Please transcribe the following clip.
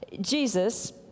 Jesus